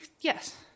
yes